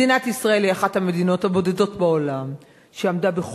מדינת ישראל היא אחת המדינות הבודדות בעולם שעמדה,